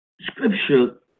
Scripture